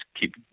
keep